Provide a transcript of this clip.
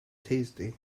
tasty